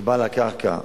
כבעל הקרקע,